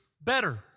better